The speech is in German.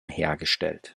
hergestellt